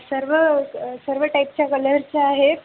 सर्व सर्व टाईपच्या कलरच्या आहेत